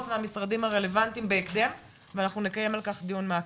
מהמשרדים הרלוונטיים בהקדם ואנחנו נקיים על כך דיון מעקב.